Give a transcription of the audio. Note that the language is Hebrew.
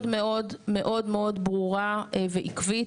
הדינמיקה מאוד מאוד ברורה ועקבית.